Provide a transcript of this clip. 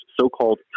so-called